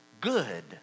good